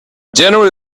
generally